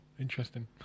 Interesting